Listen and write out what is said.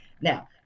Now